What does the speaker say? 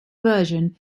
version